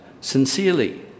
sincerely